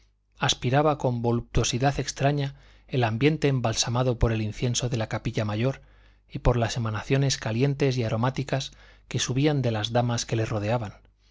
aspiraba con voluptuosidad extraña el ambiente embalsamado por el incienso de la capilla mayor y por las emanaciones calientes y aromáticas que subían de las damas que le rodeaban